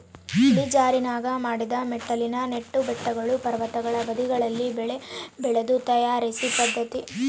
ಇಳಿಜಾರಿನಾಗ ಮಡಿದ ಮೆಟ್ಟಿಲಿನ ನೆಟ್ಟು ಬೆಟ್ಟಗಳು ಪರ್ವತಗಳ ಬದಿಗಳಲ್ಲಿ ಬೆಳೆ ಬೆಳಿಯೋದು ತಾರಸಿ ಪದ್ಧತಿ